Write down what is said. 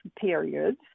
periods